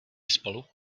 spolu